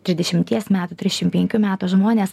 trisdešimties metų trisdešim penkių metų žmonės